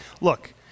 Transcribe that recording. Look